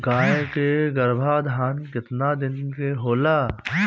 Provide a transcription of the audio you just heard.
गाय के गरभाधान केतना दिन के होला?